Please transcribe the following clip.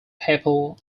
papal